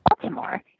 Baltimore